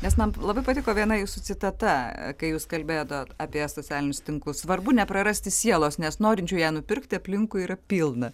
nes man labai patiko viena jūsų citata kai jūs kalbėjot apie socialinius tinklus svarbu neprarasti sielos nes norinčių ją nupirkti aplinkui yra pilna